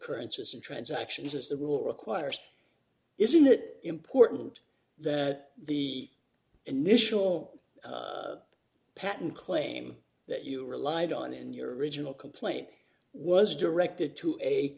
in transactions is the rule requires isn't that important that the initial patent claim that you relied on in your original complaint was directed to a